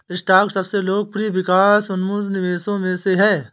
stock सबसे लोकप्रिय विकास उन्मुख निवेशों में से है